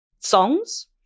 Songs